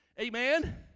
Amen